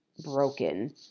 broken